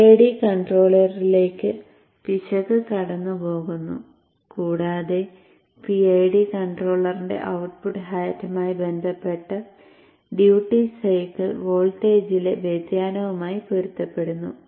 PID കൺട്രോളറിലേക്ക് പിശക് കടന്നുപോകുന്നു കൂടാതെ PID കൺട്രോളറിന്റെ ഔട്ട്പുട്ട് ഹാറ്റുമായി ബന്ധപ്പെട്ട ഡ്യൂട്ടി സൈക്കിൾ വോൾട്ടേജിലെ വ്യതിയാനവുമായി പൊരുത്തപ്പെടുന്നു